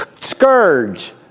scourge